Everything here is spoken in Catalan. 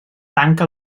tanca